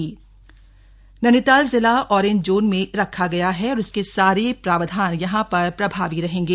Nainital lockdown Nainital जिला orange zone में रखा गया है और इसके सारे प्रावधान यहां पर प्रभावी रहेंगे